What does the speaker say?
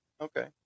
Okay